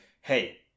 hey